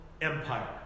Empire